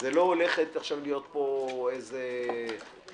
זאת לא הולכת עכשיו להיות פה איזה משחתה.